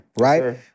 right